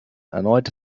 erneut